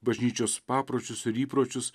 bažnyčios papročius ir įpročius